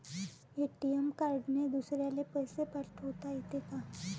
ATM कार्डने दुसऱ्याले पैसे पाठोता येते का?